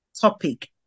topic